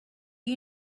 you